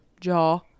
jaw